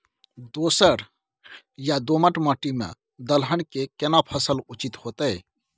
दोरस या दोमट माटी में दलहन के केना फसल उचित होतै?